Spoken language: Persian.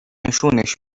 نشونش